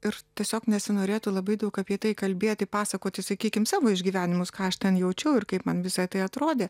ir tiesiog nesinorėtų labai daug apie tai kalbėti pasakoti sakykim savo išgyvenimus ką aš ten jaučiau ir kaip man visa tai atrodė